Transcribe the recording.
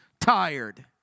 tired